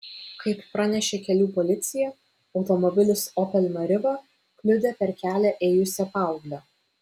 kaip pranešė kelių policija automobilis opel meriva kliudė per kelią ėjusią paauglę